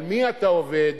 על מי אתה עובד?